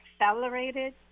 accelerated